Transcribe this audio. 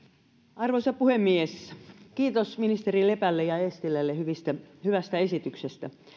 arvoisa puhemies kiitos ministeri lepälle ja eestilälle hyvästä esityksestä